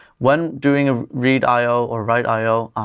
when doing ah read io or write io,